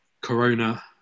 Corona